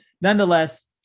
nonetheless